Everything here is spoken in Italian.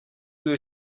due